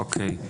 אוקיי.